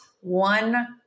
one